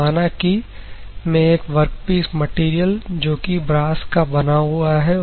तो माना कि मैं एक वर्कपीस मैटेरियल जो कि ब्रास का बना हुआ है